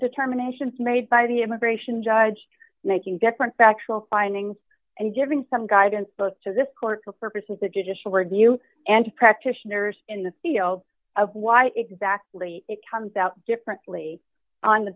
determinations made by the immigration judge making different factual findings and giving some guidance both to this court for purposes of judicial review and practitioners in the field of why exactly it comes out differently on the